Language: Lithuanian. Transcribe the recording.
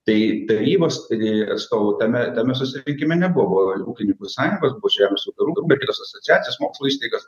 tai tarybos tenai atstovų tame tame susitikime nebuvo ūkininkų sąjungos važiavome su karu arba kitos asociacijos mokslo įstaigas